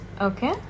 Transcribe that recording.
Okay